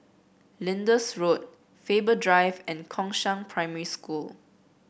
Lyndhurst Road Faber Drive and Gongshang Primary School